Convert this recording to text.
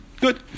good